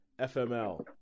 FML